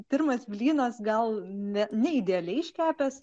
pirmas blynas gal ne ne idealiai iškepęs